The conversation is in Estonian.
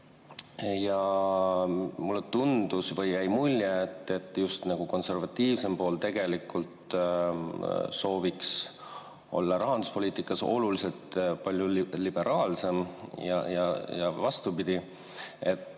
Ja mulle tundus või jäi mulje, et just nagu konservatiivsem pool tegelikult sooviks olla rahanduspoliitikas oluliselt palju liberaalsem, võttes